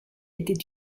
était